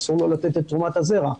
אסור לו לתת את תרומת הזרע.